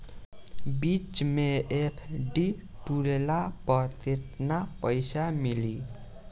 बीच मे एफ.डी तुड़ला पर केतना पईसा मिली?